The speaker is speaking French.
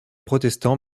protestant